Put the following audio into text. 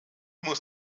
muss